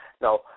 No